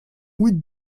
with